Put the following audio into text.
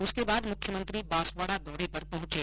उसके बाद मुख्यमंत्री बांसवाडा दौरे पर पहुंचे